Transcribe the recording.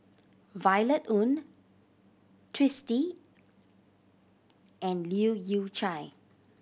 Violet Oon Twisstii and Leu Yew Chye